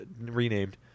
renamed